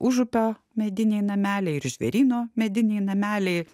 užupio mediniai nameliai ir žvėryno mediniai nameliai